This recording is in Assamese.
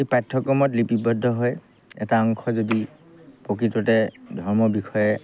এই পাঠ্যক্ৰমত লিপিবদ্ধ হয় এটা অংশ যদি প্ৰকৃততে ধৰ্মৰ বিষয়ে